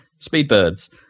speedbirds